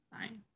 fine